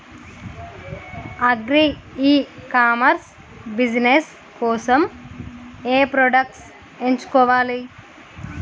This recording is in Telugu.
అగ్రి ఇ కామర్స్ బిజినెస్ కోసము ఏ ప్రొడక్ట్స్ ఎంచుకోవాలి?